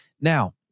now